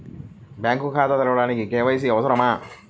Bank ఖాతా తెరవడానికి KYC అవసరమా?